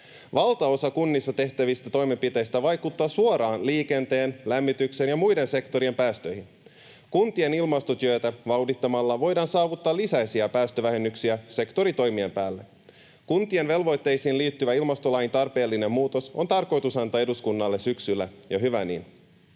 Valtaosa kunnissa tehtävistä toimenpiteistä vaikuttaa suoraan liikenteen, lämmityksen ja muiden sektorien päästöihin. Kuntien ilmastotyötä vauhdittamalla voidaan saavuttaa lisäisiä päästövähennyksiä sektoritoimien päälle. Kuntien velvoitteisiin liittyvä ilmastolain tarpeellinen muutos on tarkoitus antaa eduskunnalle syksyllä, ja hyvä niin.